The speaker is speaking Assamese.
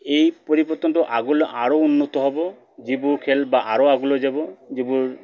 এই পৰিৱৰ্তনটো আগলৈ আৰু উন্নত হ'ব যিবোৰ খেল বা আৰু আগলৈ যাব যিবোৰ